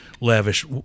lavish